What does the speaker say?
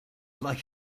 like